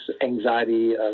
anxiety